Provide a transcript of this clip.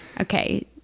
Okay